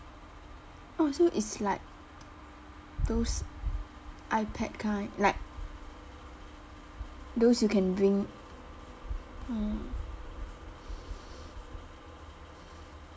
oh so it's like those ipad kind like those you can bring mm